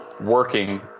working